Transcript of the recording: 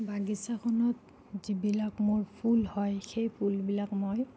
বাগিচাখনত যিবিলাক মোৰ ফুল হয় সেই ফুলবিলাক মই